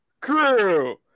crew